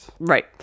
Right